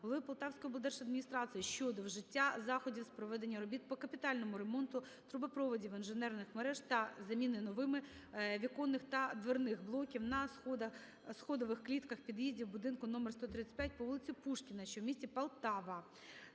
голови Полтавської облдержадміністрації щодо вжиття заходів з проведення робіт по капітальному ремонту трубопроводів інженерних мереж та (заміна новими) віконних та дверних блоків на сходових клітках під'їздів у будинку № 135 по вулиці Пушкіна, що у місті Полтава.